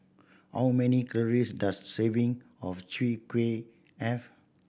how many calories does serving of Chwee Kueh have